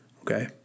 Okay